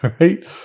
right